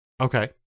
Okay